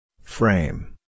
Frame